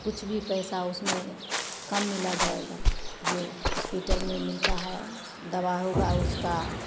कुछ भी पैसा उसमें कम मिला जाएगा जो हॉस्पिटल में मिलता है दवा होगा उसका